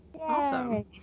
Awesome